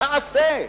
תעשה.